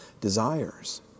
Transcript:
desires